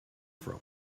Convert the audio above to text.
from